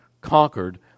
conquered